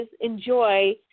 enjoy